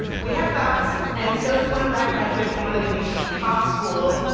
we have thoughts, and so does one black graduate from one of the nation's top schools.